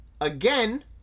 again